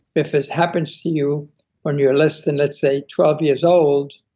if this happens to you when you're less than, let's say twelve years old,